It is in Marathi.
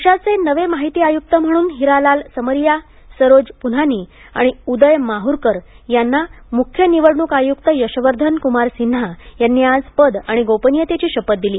देशाचे नवे माहिती आयुक्त म्हंणून हिरालाल समरिया सरोज पुन्हानी आणि उदय माहुरकर यांना मुख्य निवडणूक आयुक्त यशवर्धन कुमार सिन्हा यांनी आज पद आणि गोपनियतेची शपथ दिली